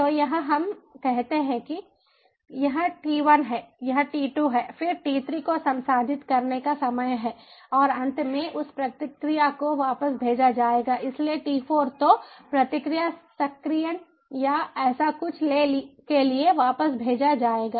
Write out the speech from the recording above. तो यह हम कहते हैं कि यह t1 है यह t2 है फिर t3 को संसाधित करने का समय है और अंत में उस प्रतिक्रिया को वापस भेजा जाएगा इसलिए t4 तो प्रतिक्रिया सक्रियण या ऐसा कुछ के लिए वापस भेजा जाएगा